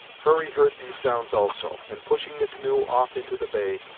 hurry heard these sounds also, and pushing the canoe off into the bay,